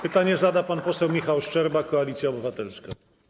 Pytanie zada pan poseł Michał Szczerba, Koalicja Obywatelska.